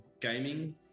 gaming